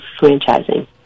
franchising